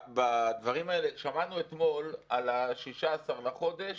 שמענו אתמול על ה-16 בחודש